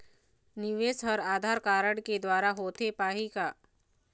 निवेश हर आधार कारड के द्वारा होथे पाही का?